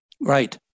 Right